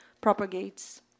propagates